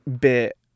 bit